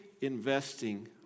investing